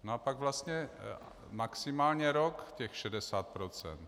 A pak vlastně maximálně rok těch 60 %.